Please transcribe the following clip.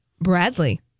Bradley